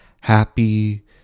Happy